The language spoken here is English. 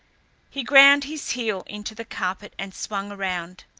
he ground his heel into the carpet and swung around.